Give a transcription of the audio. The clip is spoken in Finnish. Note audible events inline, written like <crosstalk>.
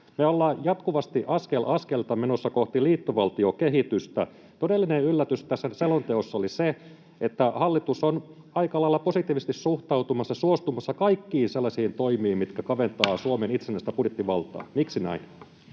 Me olemme jatkuvasti askel askeleelta menossa kohti liittovaltiokehitystä. Todellinen yllätys tässä selonteossa oli se, että hallitus on aika lailla positiivisesti suhtautumassa, suostumassa kaikkiin sellaisiin toimiin, mitkä kaventavat <noise> Suomen itsenäistä budjettivaltaa. Miksi näin?